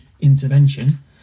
intervention